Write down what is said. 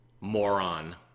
moron